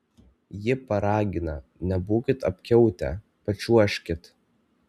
ji paragina nebūkit apkiautę pačiuožkit